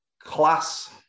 class